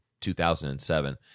2007